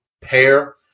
pair